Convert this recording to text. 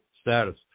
status